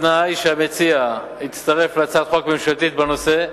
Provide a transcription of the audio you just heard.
בתנאי שהמציע יצטרף להצעת חוק ממשלתית בנושא,